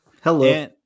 Hello